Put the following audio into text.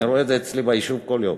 אני רואה את זה אצלי ביישוב כל יום,